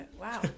wow